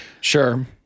Sure